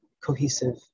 cohesive